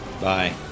Bye